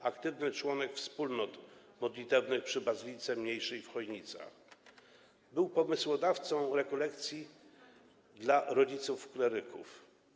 Jako aktywny członek wspólnot modlitewnych przy bazylice mniejszej w Chojnicach był pomysłodawcą rekolekcji dla rodziców kleryków.